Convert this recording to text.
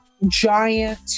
Giant